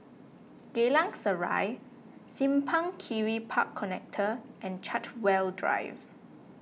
Geylang Serai Simpang Kiri Park Connector and Chartwell Drive